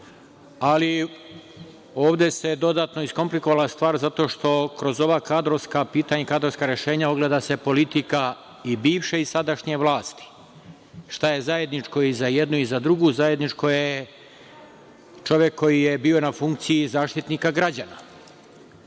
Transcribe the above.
Ali, ovde se dodatno iskomplikovala stvar zato se što kroz ova kadrovska pitanja i kadrovska rešenja ogleda politika i bivše i sadašnje vlasti. Šta je zajedničko i za jednu i za drugu? Zajedničko je – čovek koji je bio na funkciji Zaštitnika građana.